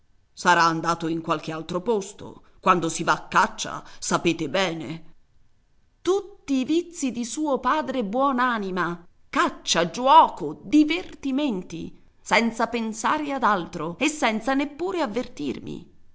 sarà andato in qualche altro posto quando si va a caccia sapete bene tutti i vizi di suo padre buon'anima caccia giuoco divertimenti senza pensare ad altro e senza neppure avvertirmi